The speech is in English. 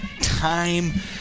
time